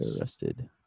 arrested